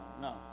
no